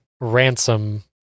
Ransom